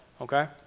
okay